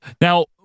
Now